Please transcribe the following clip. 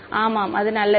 மாணவர் ஆமாம் அது நல்லது